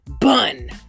Bun